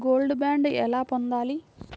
Gold bond ఎలా పొందాలి?